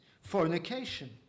Fornication